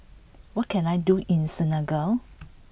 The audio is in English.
what can I do in Senegal